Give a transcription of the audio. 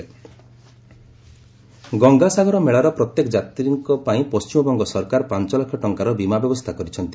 WB Gangasagar Gangasagar ମେଳାର ପ୍ରତ୍ୟେକ ଯାତ୍ରୀଙ୍କ ପାଇଁ ପଶ୍ଚିମବଙ୍ଗ ସରକାର ପାଞ୍ଚ ଲକ୍ଷ୍ୟ ଟଙ୍କାର ବିମା ବ୍ୟବସ୍ଥା କରିଛନ୍ତି